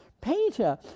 Peter